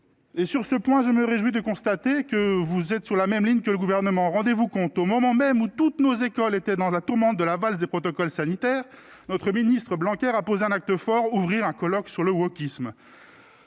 Et sur ce point, je me réjouis de constater que vous êtes sur la même ligne que le gouvernement, rendez-vous compte, au moment même où toutes nos écoles étaient dans la tourmente de la valse des protocoles sanitaires notre ministre Blanquer a posé un acte fort, ouvrir un colloque sur le wokisme.